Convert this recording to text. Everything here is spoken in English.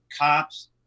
cops